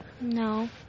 No